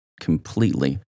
completely